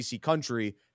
country